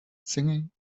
singing